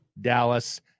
Dallas